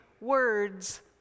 words